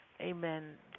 amen